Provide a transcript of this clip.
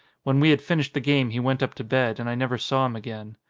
when we had finished the game he went up to bed, and i never saw him again.